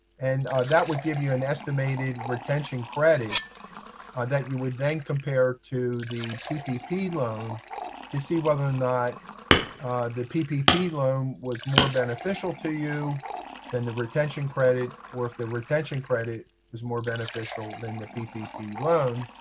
and that would give you an estimated retention credit that you would then compare to the ppp loan to see whether or not the ppp loan was more beneficial to you than the retention credit, or if the retention credit is more beneficial than the ppp loan.